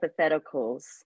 hypotheticals